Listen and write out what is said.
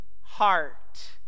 heart